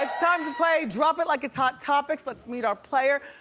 time to play drop it like it's hot topics, let's meet our player.